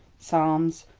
psalms,